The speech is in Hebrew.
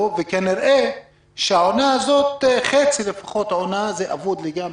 וכנראה שלפחות חצי עונה כבר אבודה לגמרי,